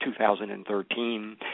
2013